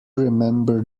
remember